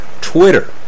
Twitter